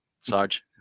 Sarge